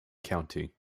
county